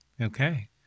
Okay